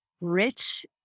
rich